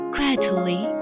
Quietly